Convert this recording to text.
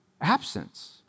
absence